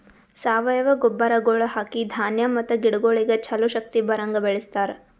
ಸಾವಯವ ಗೊಬ್ಬರಗೊಳ್ ಹಾಕಿ ಧಾನ್ಯ ಮತ್ತ ಗಿಡಗೊಳಿಗ್ ಛಲೋ ಶಕ್ತಿ ಬರಂಗ್ ಬೆಳಿಸ್ತಾರ್